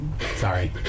Sorry